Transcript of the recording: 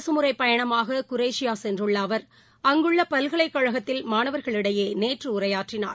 அரசுமுறைப் பயணமாக குரேஷியா சென்றள்ள அவர் அங்குள்ள பல்கலைக்கழகத்தில் மாணவர்களிடையே நேற்று உரையாற்றினார்